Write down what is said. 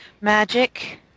Magic